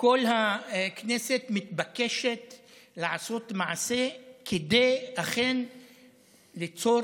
כל הכנסת מתבקשת לעשות מעשה כדי ליצור